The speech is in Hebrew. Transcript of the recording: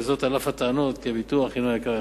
וזאת על אף הטענות כי הביטוח הינו יקר יחסית.